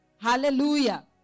Hallelujah